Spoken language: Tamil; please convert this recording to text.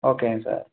ஓகேங்க சார்